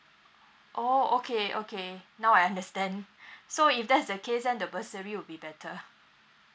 oh okay okay now I understand so if that's the case then the bursary will be better